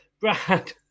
Brad